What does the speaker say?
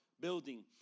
building